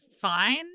fine